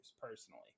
personally